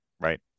right